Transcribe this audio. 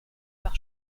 par